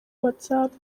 whatsapp